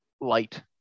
light